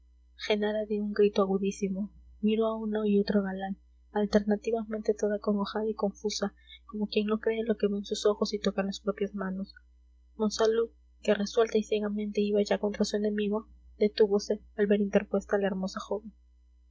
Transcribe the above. genara dio un grito agudísimo miró a uno y otro galán alternativamente toda acongojada y confusa como quien no cree lo que ven sus ojos y tocan las propias manos monsalud que resuelta y ciegamente iba ya contra su enemigo detúvose al ver interpuesta a la hermosa joven